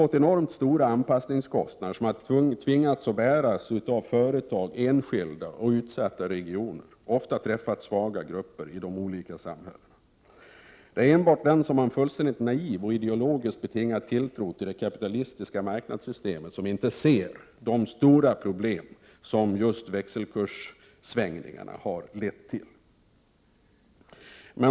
De enormt stora anpassningskostnader som man tvingat företag, enskilda och utsatta regioner att bära har ofta träffat svaga grupper i de olika samhällena. Det är enbart den som har en fullständigt naiv och ideologiskt betingad tilltro till det kapitalistiska marknadssystemet som inte ser de stora problem som växelkurssvängningarna har lett till.